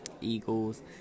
Eagles